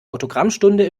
autogrammstunde